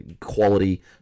quality